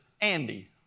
Andy